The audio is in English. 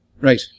Right